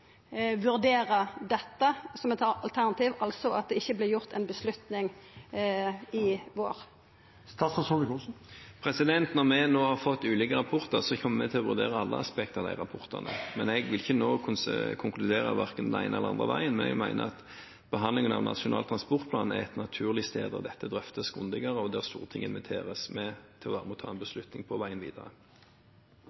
dette som eit alternativ, altså at det ikkje vert tatt ei avgjerd til våren. Når vi nå har fått ulike rapporter, kommer vi til å vurdere alle aspekter i dem, men jeg vil ikke konkludere nå verken den ene eller den andre veien. Jeg mener at behandlingen av Nasjonal transportplan er et naturlig sted å drøfte dette grundigere, og der Stortinget inviteres med til å være med og ta en